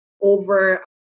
over